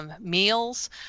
meals